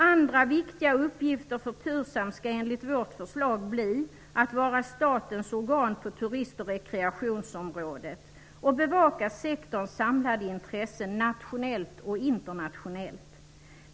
Andra viktiga uppgifter för TURSAM skall enligt vårt förslag bli att vara statens organ på turist och rekreationsområdet och att bevaka sektorns samlade intressen nationellt och internationellt.